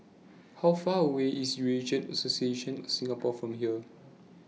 How Far away IS Eurasian Association of Singapore from here